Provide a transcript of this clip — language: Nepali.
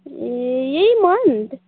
ए यही मन्थ